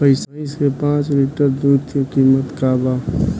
भईस के पांच लीटर दुध के कीमत का बा?